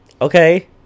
Okay